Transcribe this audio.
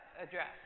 address